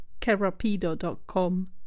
kerapido.com